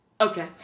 Okay